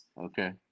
Okay